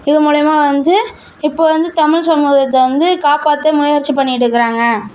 இது மூலயமா வந்து இப்போ வந்து தமிழ் சமூகத்தை வந்து காப்பாற்ற முயற்சி பண்ணிட்டு இருக்கிறாங்க